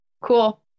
Cool